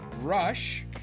Rush